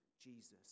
Jesus